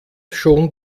schon